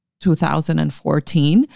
2014